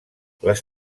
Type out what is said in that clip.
les